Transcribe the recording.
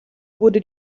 wurde